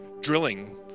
Drilling